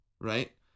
right